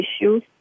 issues